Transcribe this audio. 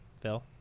Phil